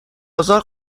ازار